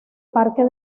parque